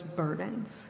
burdens